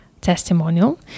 testimonial